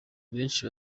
benshi